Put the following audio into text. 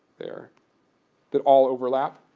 there that all overlap.